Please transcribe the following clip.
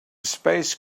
space